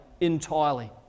entirely